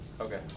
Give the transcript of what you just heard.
okay